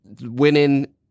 winning